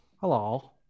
hello